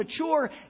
mature